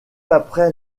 après